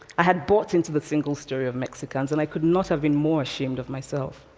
i had bought into the single story of mexicans and i could not have been more ashamed of myself.